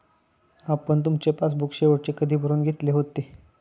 आपण तुमचे पासबुक शेवटचे कधी भरून घेतले होते?